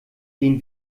den